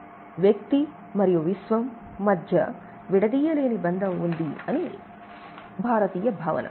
వ్యక్తి మరియు విశ్వం యొక్క ఐక్యత ఒక ప్రారంభ స్థానం అని భారతీయ భావన